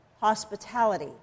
hospitality